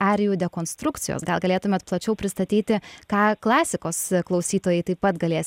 arijų dekonstrukcijos gal galėtumėt plačiau pristatyti ką klasikos klausytojai taip pat galės